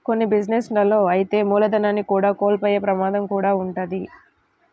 కొన్ని బిజినెస్ లలో అయితే మూలధనాన్ని కూడా కోల్పోయే ప్రమాదం కూడా వుంటది